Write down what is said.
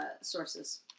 Sources